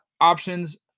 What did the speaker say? options